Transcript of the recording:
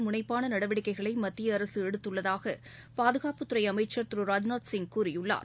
முனைப்பாள நடவடிக்கைகளை மத்திய அரசு எடுத்துள்ளதாக பாதுகாப்புத்துறை அமைச்சர் திரு ராஜ்நாத் சிங் கூறியுள்ளார்